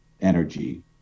energy